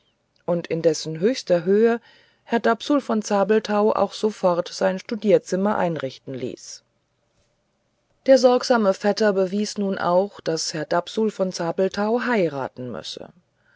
und in dessen höchster höhe herr dapsul von zabelthau auch sofort sein studierzimmer einrichten ließ der sorgsame vetter bewies nun auch daß herr dapsul von zabelthau heiraten müsse